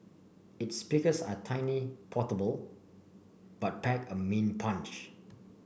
its speakers are tiny portable but pack a mean punch